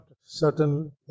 certain